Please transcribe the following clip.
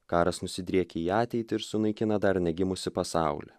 karas nusidriekia į ateitį ir sunaikina dar negimusį pasaulį